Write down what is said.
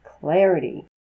clarity